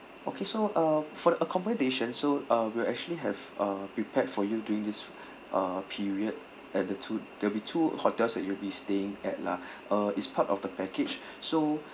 okay so uh for the accommodation so uh we'll actually have a prepared for you during this uh period at the two there'll be two hotels that you'll be staying at lah uh is part of the package so